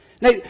Now